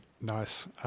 Nice